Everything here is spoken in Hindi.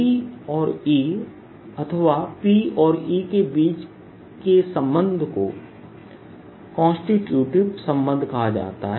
Dऔर Eअथवा Pऔर E के बीच के संबंध को कान्स्टिटूटिव संबंध कहा जाता है